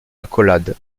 accolade